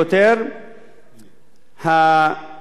המסוכנת ביותר,